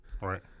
right